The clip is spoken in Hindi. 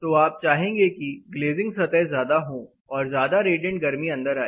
तो आप चाहेंगे कि ग्लेजिंग सतह ज्यादा हों और ज्यादा रेडिएंट गर्मी अंदर आए